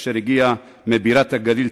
אשר הגיע מבירת הגליל,